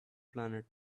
planet